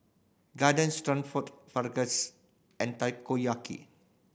Garden Stroganoff Fajitas and Takoyaki